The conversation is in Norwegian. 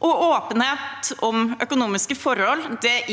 Åpenhet om økonomiske forhold